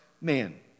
man